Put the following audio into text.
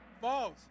False